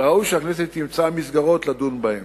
וראוי שהכנסת תמצא מסגרות לדון בהן.